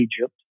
Egypt